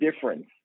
difference